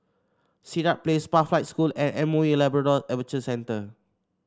Sirat Place Pathlight School and M O E Labrador Adventure Centre